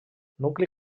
nucli